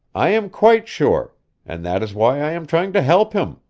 i am quite sure and that is why i am trying to help him,